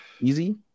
Easy